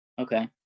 Okay